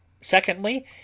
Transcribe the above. Secondly